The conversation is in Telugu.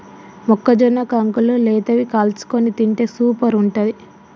మొక్కజొన్న కంకులు లేతవి కాల్చుకొని తింటే సూపర్ ఉంటది